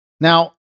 Now